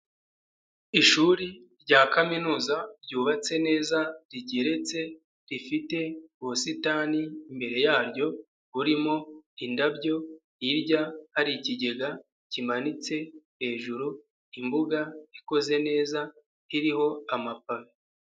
Ishuri rya kaminuza ryubatse neza, rigeretse, rifite ubusitani imbere yaryo burimo indabyo, hirya hari ikigega kimanitse, hejuru imbuga ikoze neza iririho amapave.